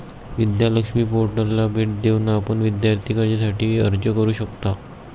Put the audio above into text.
विद्या लक्ष्मी पोर्टलला भेट देऊन आपण विद्यार्थी कर्जासाठी अर्ज करू शकता